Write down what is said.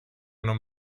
non